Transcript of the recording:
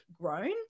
grown